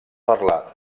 parlar